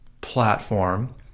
platform